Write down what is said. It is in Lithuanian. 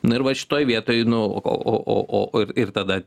na ir va šitoj vietoj nu o o o o ir ir tada